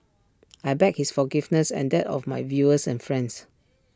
I beg his forgiveness and that of my viewers and friends